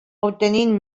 obtenint